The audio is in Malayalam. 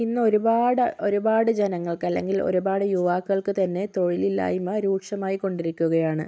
ഇന്ന് ഒരുപാട് ഒരുപാട് ജനങ്ങൾക്ക് അല്ലെങ്കിൽ ഒരുപാട് യുവാക്കൾക്ക് തന്നെ തൊഴിലില്ലായ്മ രൂക്ഷമായിക്കൊണ്ടിരിക്കുകയാണ്